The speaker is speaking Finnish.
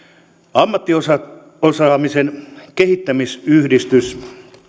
ammattiosaamisen kehittämisyhdistys